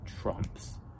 trumps